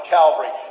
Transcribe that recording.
Calvary